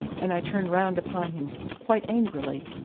and i turned round upon him quite angrily.